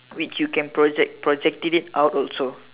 which you can project project it it out also